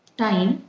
time